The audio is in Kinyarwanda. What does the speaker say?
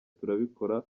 turabikora